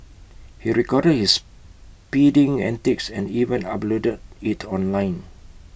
he recorded his speeding antics and even uploaded IT online